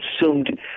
assumed